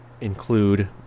include